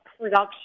production